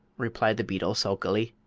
replied the beetle, sulkily,